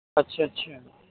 اچھا اچھا